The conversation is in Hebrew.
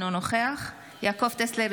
אינו נוכח יעקב טסלר,